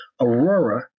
Aurora